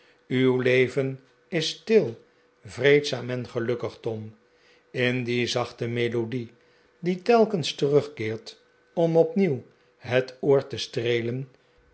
uw leven is stil vreedzaam en gelukkig tom in die zachte rmlodie die telkensterugkeert om opnieuw het oor te streelen